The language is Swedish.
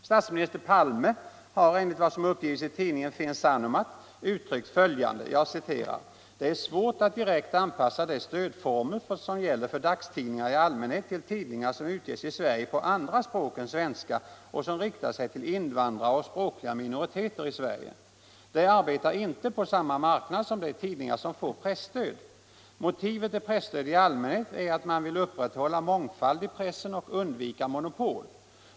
Statsminister Palme har, enligt vad som uppgivits, i tidningen Finn Sanomat uttryckt följande: ”Det är svårt att direkt anpassa de stödformer som gäller för dagstidningar i allmänhet till tidningar som utges i Sverige på andra språk än svenska och som riktar sig till invandrare och språkliga minoriteter i Sverige. De arbetar inte på samma marknad som de tidningar som får presstöd. Motivet till presstöd i allmänhet är att man vill upprätthålla mångfald i pressen och undvika monopol.